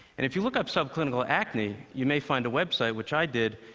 and if you look up subclinical acne, you may find a website, which i did,